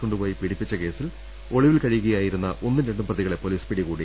ക്കൊണ്ടുപോയി പീഡിപ്പിച്ച കേസിൽ ഒളിവിൽ കഴിയുകയായിരുന്ന ഒന്നും രണ്ടും പ്രതികളെ പൊലീസ് പിടികൂടി